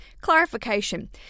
Clarification